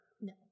No